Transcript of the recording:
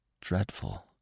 Dreadful